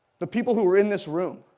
the people who are in this room.